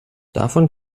davon